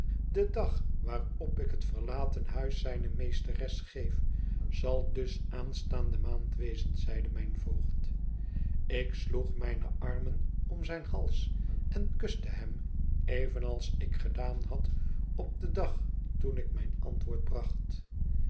de dag waarop ik het verlaten huis zijne meesteres geef zal dus aanstaande maand wezen zeide mijn voogd ik sloeg mijne armen om zijn hals en kuste hem evenals ik gedaan had op den dag toen ik mijn antwoord bracht